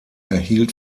erhielt